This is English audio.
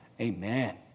amen